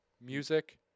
music